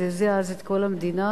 שזעזע אז את כל המדינה.